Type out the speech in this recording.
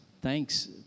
Thanks